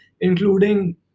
including